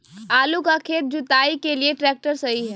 आलू का खेत जुताई के लिए ट्रैक्टर सही है?